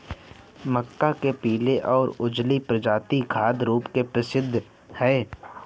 मक्का के पीली और उजली प्रजातियां खाद्य रूप में प्रसिद्ध हैं